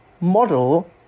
model